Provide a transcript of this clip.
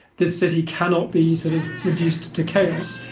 this city cannot be sort of reduced to chaos.